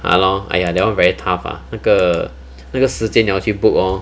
!hannor! !aiya! that one very tougher ah 那个那个时间你要去 book hor